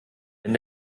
wenn